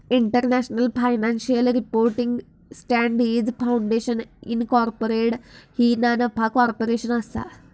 international financial reporting standards foundation incorporated ही ना नफा कॉर्पोरेशन असा